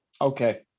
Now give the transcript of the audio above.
Okay